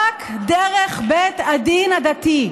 רק דרך בית הדין הדתי.